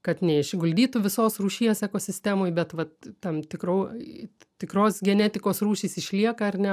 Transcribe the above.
kad neišguldytų visos rūšies ekosistemoj bet vat tam tikrų tikros genetikos rūšys išlieka ar ne